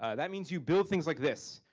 ah that means you build things like this.